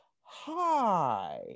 hi